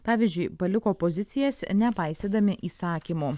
pavyzdžiui paliko pozicijas nepaisydami įsakymų